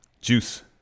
Juice